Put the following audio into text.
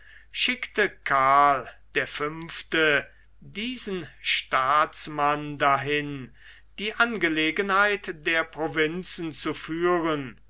schickte karl der fünfte diesen staatsmann dahin die angelegenheit der provinzen zu führen